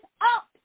up